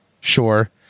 Sure